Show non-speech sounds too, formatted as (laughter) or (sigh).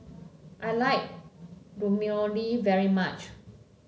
I like (unintelligible) very much